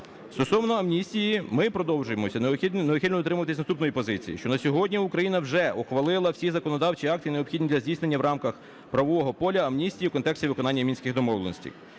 Стосовно амністії ми продовжуємо, необхідно дотримуватися наступної позиції, що на сьогодні Україна вже ухвалили всі законодавчі акти, необхідні для здійснення в рамках правового поля амністії в контексті виконання Мінських домовленостей